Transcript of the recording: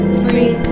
three